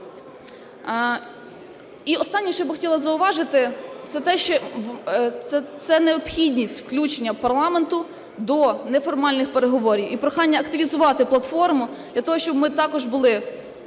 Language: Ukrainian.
І останнє, що я би хотіла зауважити, - це необхідність включення парламенту до неформальних переговорів. І прохання активізувати платформу для того, щоб ми також були